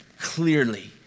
clearly